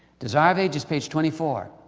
desire of ages, page twenty four.